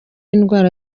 indwara